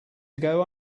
ago